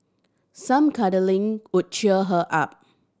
some cuddling could cheer her up